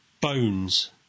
Bones